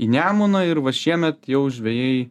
į nemuną ir vat šiemet jau žvejai